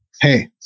Hey